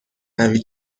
قوی